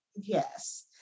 Yes